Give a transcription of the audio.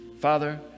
Father